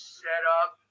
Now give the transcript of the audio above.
setup